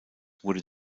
wurde